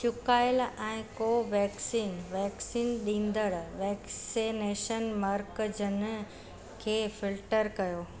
चुकायलु ऐं Covaxin vaccine ॾींदड़ु वैक्सनेशन मर्कज़नि खे फिल्टर कयो